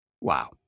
Wow